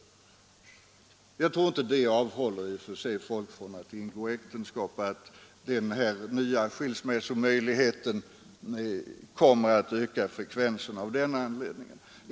Jag tror inte att det i och för sig avhåller människor från att ingå äktenskap och att den nya skilsmässomöjligheten av den anledningen skulle komma att öka giftermålsfrekvensen.